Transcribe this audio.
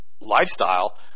lifestyle –